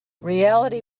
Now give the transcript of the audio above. reality